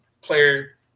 player